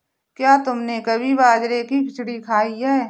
क्या तुमने कभी बाजरे की खिचड़ी खाई है?